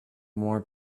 more